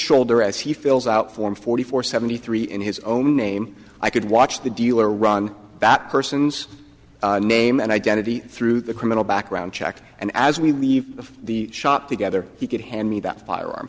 shoulder as he fills out form forty four seventy three in his own name i could watch the dealer run that person's name and identity through the criminal background check and as we leave the shop together he could hand me that firearm